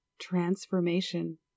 transformation